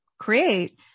create